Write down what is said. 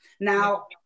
Now